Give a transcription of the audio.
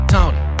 Tony